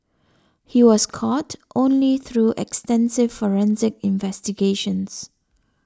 he was caught only through extensive forensic investigations